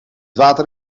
water